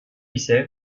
ise